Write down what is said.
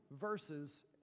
verses